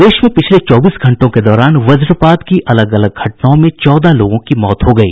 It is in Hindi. प्रदेश में पिछले चौबीस घंटों के दौरान वजपात की अलग अलग घटनाओं में चौदह लोगों की मौत हो गयी